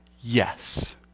yes